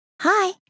Hi